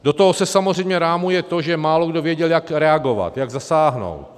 Do toho se samozřejmě rámuje, že málokdo věděl, jak reagovat, jak zasáhnout.